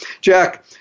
Jack